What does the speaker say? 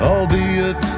Albeit